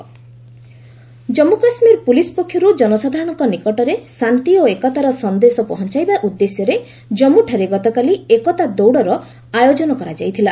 JK police Jammu Kashmir police ପକ୍ଷରୁ ଜନସାଧାରଣଙ୍କ ନିକଟରେ ଶାନ୍ତି ଓ ଏକତାର ସନ୍ଦେଶ ପହଞ୍ଚାଇବା ଉଦ୍ଦେଶ୍ୟରେ ଜନ୍ମୁଠାରେ ଗତକାଲି ଏକତା ଦୌଡ଼ର ଆୟୋଜନ କରାଯାଇଥିଲା